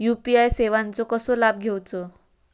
UPI सेवाचो कसो लाभ घेवचो?